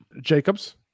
Jacobs